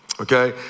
Okay